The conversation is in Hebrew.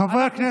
חברי הכנסת.